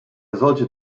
solche